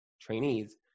trainees